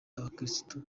abakirisitu